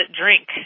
drink